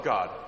God